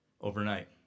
overnight